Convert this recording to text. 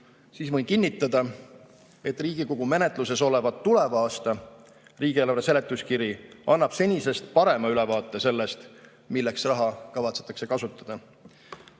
siis võin kinnitada, et Riigikogu menetluses olev tuleva aasta riigieelarve seletuskiri annab senisest parema ülevaate sellest, milleks raha kavatsetakse kasutada.